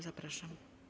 Zapraszam.